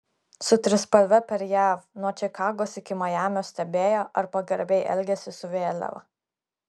su trispalve per jav nuo čikagos iki majamio stebėjo ar pagarbiai elgiasi su vėliava